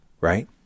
Right